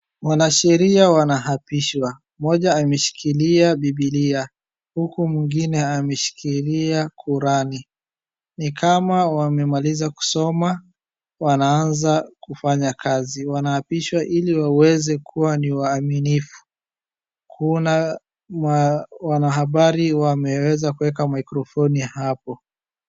Wanasheria wanaapishwa mmoja ameshikilia bibilia huku mwingine ameshikilia Quran ni kama wamemaliza kusoma wanaanza kufanya kazi. Wanaapishwa ili waweze kuwa ni waaminifu kuna wanahabari wameweza kuweka mikrofoni hapo.